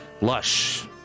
Lush